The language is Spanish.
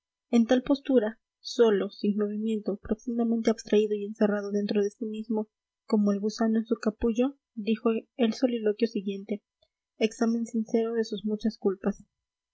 en tal postura solo sin movimiento profundamente abstraído y encerrado dentro de sí mismo como el gusano en su capullo dijo el soliloquio siguiente examen sincero de sus muchas culpas